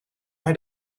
hij